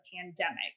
pandemic